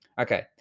Okay